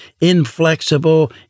inflexible